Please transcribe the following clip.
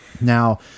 Now